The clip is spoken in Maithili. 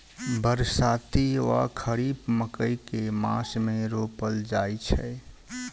बरसाती वा खरीफ मकई केँ मास मे रोपल जाय छैय?